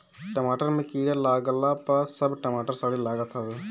टमाटर में कीड़ा लागला पअ सब टमाटर सड़े लागत हवे